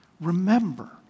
Remember